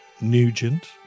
Nugent